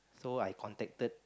so I contacted